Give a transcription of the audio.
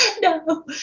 No